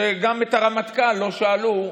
שגם את הרמטכ"ל לא שאלו,